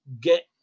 get